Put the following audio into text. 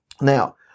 Now